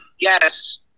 Yes